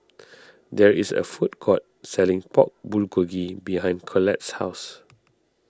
there is a food court selling Pork Bulgogi behind Collette's house